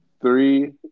Three